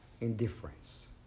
indifference